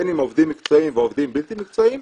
בין אם עובדים מקצועיים ועובדים בלתי מקצועיים,